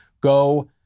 Go